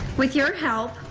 with your help,